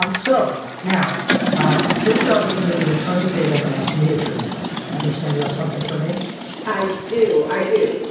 um so now here's your opportunity to turn the tables and ask me a trivia question. i understand you have something for me i do. i do.